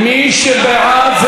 מי שבעד,